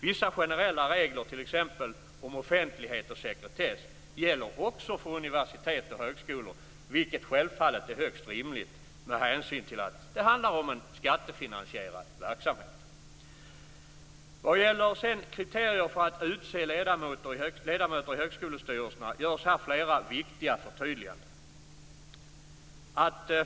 Vissa generella regler, t.ex. om offentlighet och sekretess, gäller också för universitet och högskolor, vilket självfallet är högst rimligt med hänsyn till att det handlar om en skattefinansierad verksamhet. Vad gäller kriterier för att utse ledamöter i högskolestyrelser görs här flera viktiga förtydliganden.